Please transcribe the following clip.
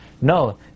No